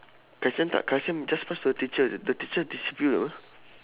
kai xuan thought kai xuan just pass to the teacher the teacher distribute you know